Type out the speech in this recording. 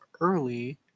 early